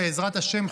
בעזרת השם,